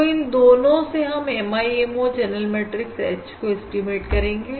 तो इन दोनों से हम MIMO चैनल मैट्रिक्स H को एस्टीमेट करेंगे